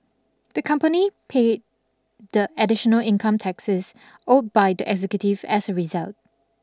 the company paid the additional income taxes owed by the executive as a result